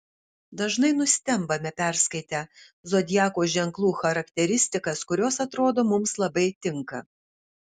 dažnai nustembame perskaitę zodiako ženklų charakteristikas kurios atrodo mums labai tinka